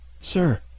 Sir